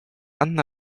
anna